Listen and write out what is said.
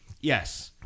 yes